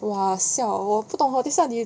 !wah! siao 我不懂 hor 等一下你